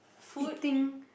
eating